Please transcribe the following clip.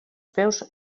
peus